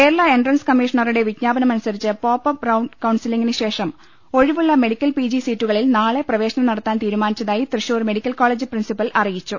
Kerala entrance കമ്മീഷണറുടെ വിജ്ഞാപനമനുസരിച്ച് pop up round കൌൺസിലിംഗിന് ശേഷം ഒഴിവുള്ള മെഡിക്കൽ പിജി സീറ്റുകളിൽ നാളെ പ്രവേശനം നടത്താൻ തീരുമാനിച്ചതായി തൃശൂർ മെഡിക്കൽ കോളേജ് പ്രിൻസിപ്പൽ അറിയിച്ചു